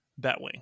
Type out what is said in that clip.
batwing